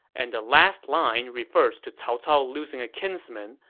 and the last line refers to cao cao losing a kinsman,